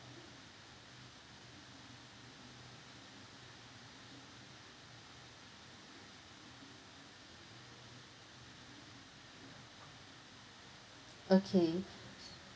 okay